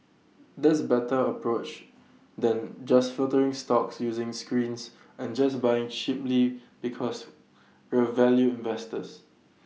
that's better approach than just filtering stocks using screens and just buying cheaply because we're value investors